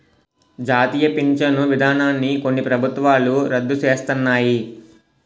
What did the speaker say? జాతీయ పించను విధానాన్ని కొన్ని ప్రభుత్వాలు రద్దు సేస్తన్నాయి